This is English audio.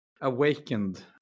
awakened